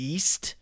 East